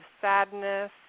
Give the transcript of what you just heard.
sadness